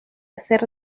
hacer